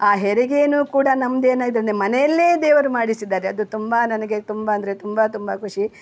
ಆ ಹೆರಿಗೆನೂ ಕೂಡ ನಮ್ದು ಏನಾಯಿತಂದ್ರೆ ಮನೆಯಲ್ಲೇ ದೇವರು ಮಾಡಿಸಿದ್ದಾರೆ ಅದು ತುಂಬ ನನಗೆ ತುಂಬ ಅಂದರೆ ತುಂಬ ತುಂಬ ಖುಷಿ